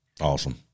Awesome